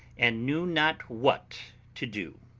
and knew not what to do.